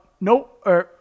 no